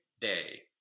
day